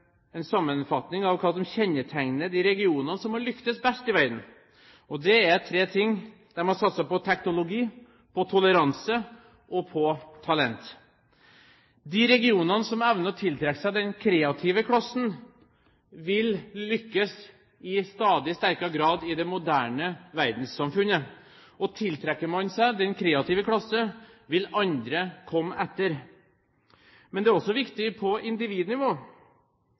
en sammenfatning av hva som kjennetegner de regionene som har lyktes best i verden, og det er tre ting de har satset på: teknologi, toleranse og talent. De regionene som evner å tiltrekke seg den kreative klassen, vil lykkes i stadig sterkere grad i det moderne verdenssamfunnet – og tiltrekker man seg den kreative klassen, vil andre komme etter. Men det er også viktig på individnivå.